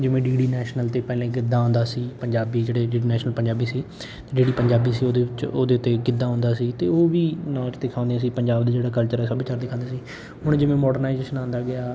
ਜਿਵੇਂ D D National 'ਤੇ ਪਹਿਲਾਂ ਗਿੱਧਾ ਆਉਂਦਾ ਸੀ ਪੰਜਾਬੀ ਜਿਹੜੇ ਨੈਸ਼ਨਲ ਪੰਜਾਬੀ ਸੀ ਜਿਹੜੀ ਪੰਜਾਬੀ ਸੀ ਉਹਦੇ ਵਿੱਚ ਉਹਦੇ ਉੱਤੇ ਗਿੱਧਾ ਆਉਂਦਾ ਸੀ ਅਤੇ ਉਹ ਵੀ ਨਾਚ ਦਿਖਾਉਂਦੇ ਸੀ ਪੰਜਾਬ ਦਾ ਜਿਹੜਾ ਕਲਚਰ ਹੈ ਸੱਭਿਆਚਾਰ ਦਿਖਾਉਂਦੇ ਸੀ ਹੁਣ ਜਿਵੇਂ ਮਾਡਰਨਾਈਜੇਸ਼ਨ ਆਉਂਦਾ ਗਿਆ